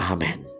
Amen